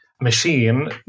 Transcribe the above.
machine